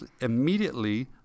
immediately